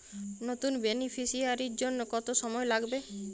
নতুন বেনিফিসিয়ারি জন্য কত সময় লাগবে?